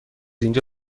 اینجا